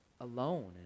alone